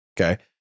Okay